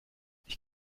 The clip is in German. ich